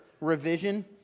revision